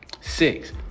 Six